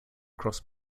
cross